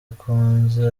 akunze